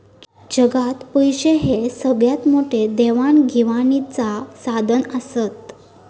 जगात पैशे हे सगळ्यात मोठे देवाण घेवाणीचा साधन आसत